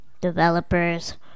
developers